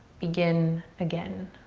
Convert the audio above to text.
begin again.